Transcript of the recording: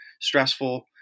stressful